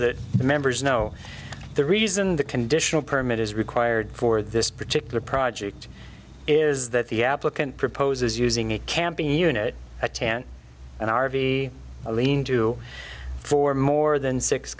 that members know the reason the conditional permit is required for this particular project is that the applicant proposes using a camping unit a tan an r v a lean to for more than six